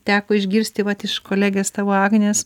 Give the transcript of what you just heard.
teko išgirsti vat iš kolegės tavo agnės